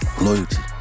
Loyalty